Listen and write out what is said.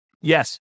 Yes